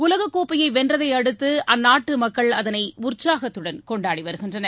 உலகக்கோப்பையை வென்றதை அடுத்து அந்நாட்டு மக்கள் அதளை உற்சாகத்துடன் கொண்டாடி வருகின்றனர்